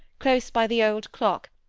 close by the old clock,